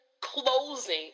closing